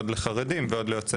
עוד לחרדים ועוד ליוצאי אתיופיה,